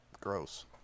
Gross